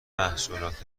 محصولات